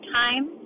time